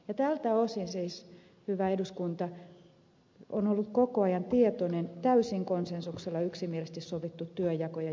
ja tältä osin siis hyvä eduskunta tässä työssä on ollut koko ajan tietoinen täysin konsensuksella ja yksimielisesti sovittu työnjako ja jaksotus